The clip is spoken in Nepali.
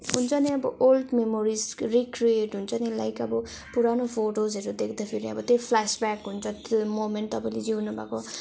हुन्छ नि अब ओल्ड मेमोरिज रिक्रिएट हुन्छ नि लाइक अब पुरानो फोटोजहरू देख्दाखेरि अब त्यो फ्लास्ब्याक हुन्छ त्यो मोमेन्ट तपाईँले जिउनु भएको